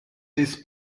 this